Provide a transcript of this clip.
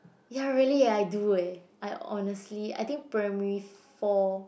ya really eh I do eh I honestly I think primary four